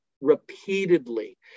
repeatedly